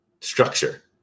structure